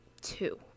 two